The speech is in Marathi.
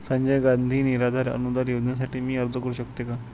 संजय गांधी निराधार अनुदान योजनेसाठी मी अर्ज करू शकते का?